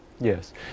Yes